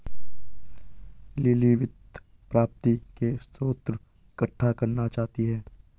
lily वित्त प्राप्ति के स्रोत इकट्ठा करना चाहती है